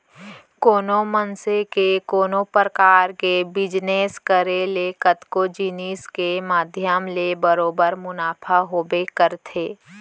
कोनो मनसे के कोनो परकार के बिजनेस करे ले कतको जिनिस के माध्यम ले बरोबर मुनाफा होबे करथे